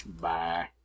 Bye